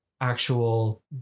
actual